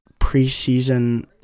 preseason